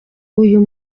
uyu